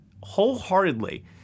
wholeheartedly